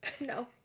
No